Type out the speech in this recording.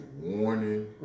warning